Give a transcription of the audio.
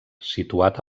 situat